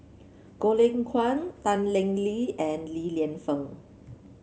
Goh Lay Kuan Tan Lee Leng and Li Lienfung